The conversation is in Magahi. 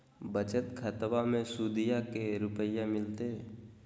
बचत खाताबा मे सुदीया को रूपया मिलते?